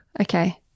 Okay